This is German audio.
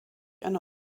eine